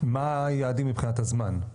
מה היעדים מבחינת הזמן?